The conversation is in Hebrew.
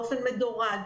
באופן מדורג,